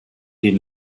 den